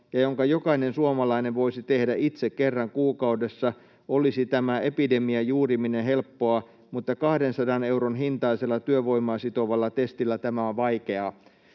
ja jonka jokainen suomalainen voisi tehdä itse kerran kuukaudessa, olisi tämä epidemian juuriminen helppoa, mutta 200 euron hintaisella työvoimaa sitovalla testillä tämä on vaikeaa.